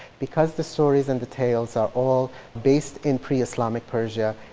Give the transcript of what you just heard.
because the stories and the tales are all based in pre-islamic persia.